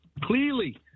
Clearly